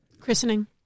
Christening